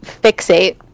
fixate